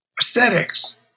aesthetics